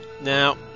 Now